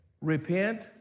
Repent